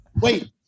Wait